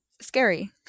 Scary